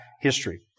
history